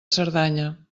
cerdanya